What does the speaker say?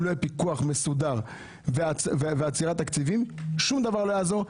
אם לא יהיה פיקוח מסודר ועצירת תקציבים שום דבר לא יעזור.